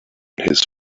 his